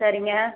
சரிங்க